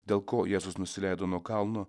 dėl ko jėzus nusileido nuo kalno